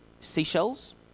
seashells